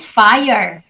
fire